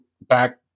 back